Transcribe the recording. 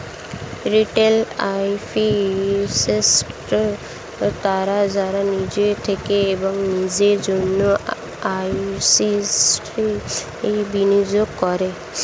retail investors তারা যারা নিজের থেকে এবং নিজের জন্য অ্যাসেট্স্ বিনিয়োগ করে